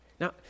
Now